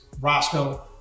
Roscoe